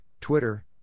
Twitter